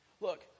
Look